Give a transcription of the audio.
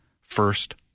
first